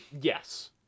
Yes